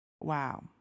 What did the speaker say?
wow